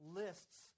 lists